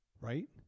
right